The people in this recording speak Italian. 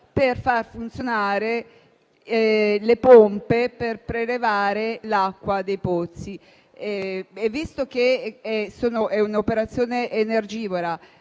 per far funzionare le pompe per prelevare l'acqua dei pozzi. È un'operazione energivora